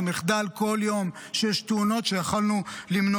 כל יום שיש בו תאונות הוא מחדל שיכולנו למנוע.